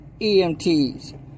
EMTs